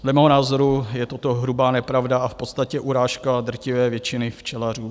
Dle mého názoru je toto hrubá nepravda a v podstatě urážka drtivé většiny včelařů.